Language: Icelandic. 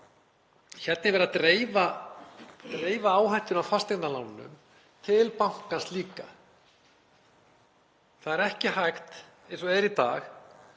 Hérna er verið að dreifa áhættunni af fasteignalánum til bankans líka. Það er ekki hægt eins og er í dag